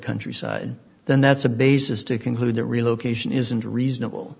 countryside then that's a basis to conclude that relocation isn't reasonable